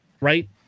right